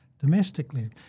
domestically